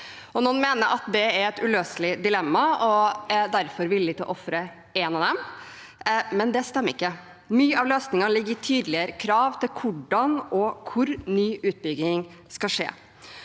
Noen mener det er et uløselig dilemma, og er derfor villig til å ofre ett av disse. Men det stemmer ikke. Mye av løsningen ligger i tydeligere krav til hvordan og hvor ny utbygging skal skje.